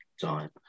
time